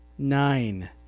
Nine